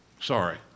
Sorry